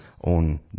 own